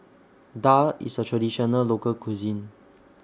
Daal IS A Traditional Local Cuisine